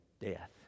death